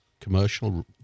commercial